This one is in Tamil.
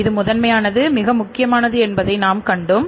அது முதன்மையானது மிக முக்கியமானது என்பதை நாம் கண்டோம்